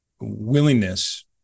willingness